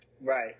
Right